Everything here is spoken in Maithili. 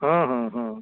हँ हँ हँ